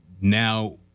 now